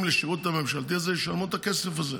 לשירות הממשלתי הזה ישלמו את הכסף הזה.